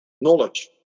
knowledge